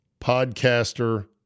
podcaster